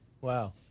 Wow